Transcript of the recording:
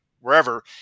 wherever